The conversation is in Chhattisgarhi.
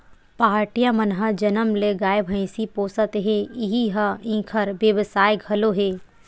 पहाटिया मन ह जनम ले गाय, भइसी पोसत हे इही ह इंखर बेवसाय घलो हे